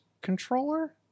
controller